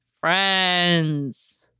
friends